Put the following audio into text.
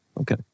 Okay